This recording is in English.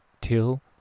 till